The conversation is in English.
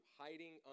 hiding